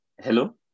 hello